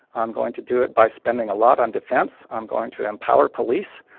i'm going to do it by spending a lot on defense. i'm going to empower police.